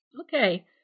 Okay